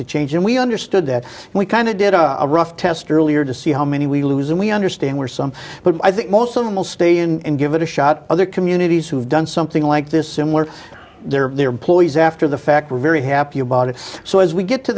the change and we understood that and we kind of did a rough test earlier to see how many we lose and we understand where some but i think most of them will stay and give it a shot other communities who have done something like this similar their employees after the fact we're very happy about it so as we get to